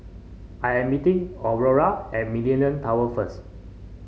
I am meeting Aurora at Millenia Tower first